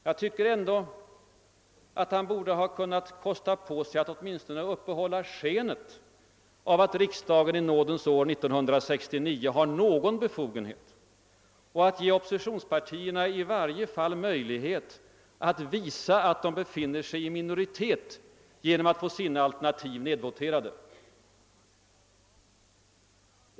Jag tycker ändå att han borde ha kostat på sig att åtminstone uppehålla skenet av att riksdagen i nådens år 1969 har någon befogenhet och att ge oppositionspartierna i varje fall någon möjlighet att visa att de befinner sig i minoritet genom att få sina alternativ nedvoterade.